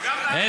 אין